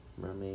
Mermaid